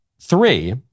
three